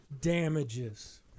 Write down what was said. damages